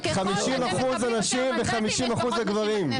שככל שאתם מקבלים יותר מנדטים יש פחות נשים בכנסת.